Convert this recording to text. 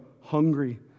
hungry